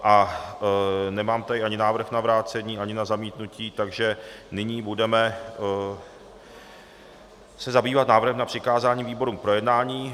A nemám tady ani návrh na vrácení, ani na zamítnutí, takže nyní se budeme zabývat návrhem na přikázání výborům k projednání.